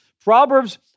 Proverbs